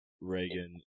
Reagan